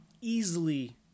Easily